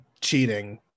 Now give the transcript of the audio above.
cheating